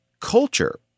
culture